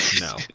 No